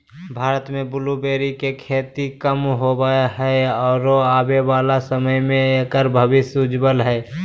भारत में ब्लूबेरी के खेती कम होवअ हई आरो आबे वाला समय में एकर भविष्य उज्ज्वल हई